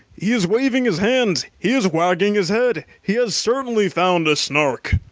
he is waving his hands, he is wagging his head, he has certainly found a snark!